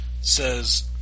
says